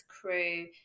crew